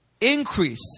increase